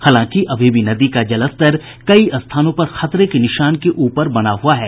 हालांकि अभी भी नदी का जलस्तर कई स्थानों पर खतरे के निशान से ऊपर बना हुआ है